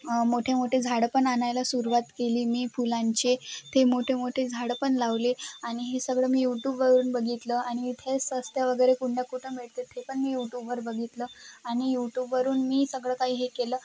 मोठे मोठे झाडं पण आणायला सुरुवात केली मी फुलांचे ते मोठे मोठे झाडं पण लावले आणि हे सगळं मी यूटूबवरून बघितलं आणि तेच सस्त्या वगैरे कुंड्या कुठं मिळते ते पण मी यूटूबवर बघितलं आणि यूटूबवरून मी सगळं काही हे केलं